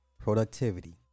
productivity